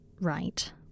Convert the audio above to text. Right